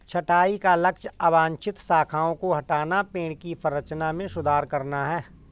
छंटाई का लक्ष्य अवांछित शाखाओं को हटाना, पेड़ की संरचना में सुधार करना है